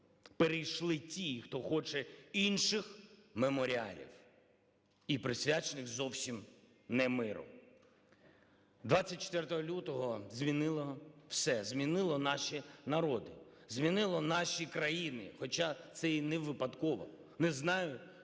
перейшли ті, хто хоче інших меморіалів, і присвячених зовсім не миру. 24 лютого змінило все, змінило наші народи, змінило наші країни. Хоча це і не випадково, не знаю, чи